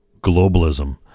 globalism